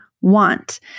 want